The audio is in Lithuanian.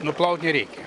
nuplaut nereikia